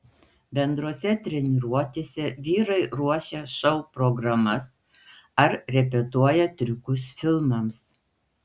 bendrose treniruotėse vyrai ruošia šou programas ar repetuoja triukus filmams